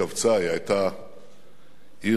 היא היתה עיר ענייה,